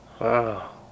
Wow